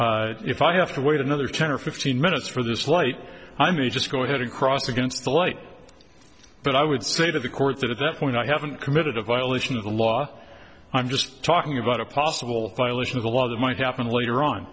if i have to wait another ten or fifteen minutes for this flight i may just go ahead and cross against the light but i would say to the court that at that point i haven't committed a violation of the law i'm just talking about a possible violation of the law that might happen later